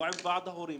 לא עם ועד ההורים,